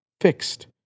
fixed